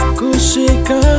kushika